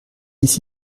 ici